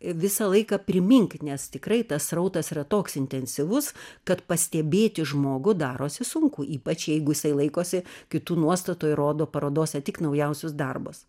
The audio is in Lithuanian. visą laiką primink nes tikrai tas srautas yra toks intensyvus kad pastebėti žmogų darosi sunku ypač jeigu jisai laikosi kitų nuostatų ir rodo parodose tik naujausius darbus